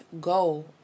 go